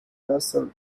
castle